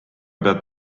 peab